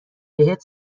بهت